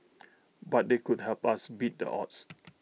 but they could help us beat the odds